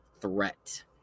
threat